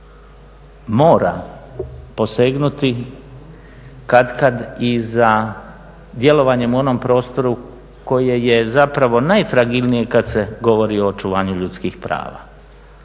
mora posegnuti katkad i za djelovanjem u onom prostoru koje je zapravo najfragilnije kad se govori o očuvanju ljudskih prava,